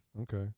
Okay